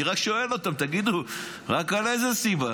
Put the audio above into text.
אני רק שואל אותם: תגידו רק על איזו סיבה,